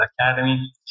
Academy